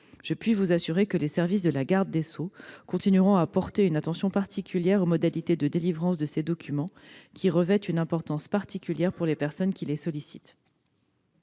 le sénateur, que les services du ministère de la justice continueront de porter une attention particulière aux modalités de délivrance de ces documents, qui revêtent une importance particulière pour les personnes qui le sollicitent.